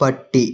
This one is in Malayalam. പട്ടി